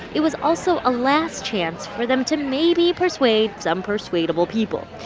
it was also a last chance for them to maybe persuade some persuadable people.